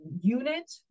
unit